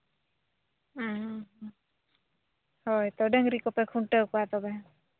ᱦᱮᱸ ᱦᱳᱭ ᱛᱚ ᱰᱟᱹᱝᱨᱤ ᱠᱚᱯᱮ ᱠᱷᱩᱱᱴᱟᱹᱣ ᱠᱚᱣᱟ ᱛᱚᱵᱮ